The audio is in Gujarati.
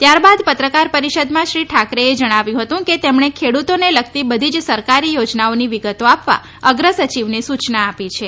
ત્યારબાદ પત્રકાર પરિષદમાં શ્રી ઠાકરે જણાવ્યું હતું કે તેમણે ખેડૂતોને લગતી બધી જ સરકારી યોજનાઓની વિગતો આપવા અગ્રસચિવને સૂચના આપી છે